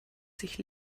sich